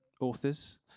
authors